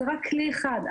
זה רק כלי אחד.